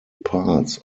parts